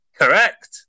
Correct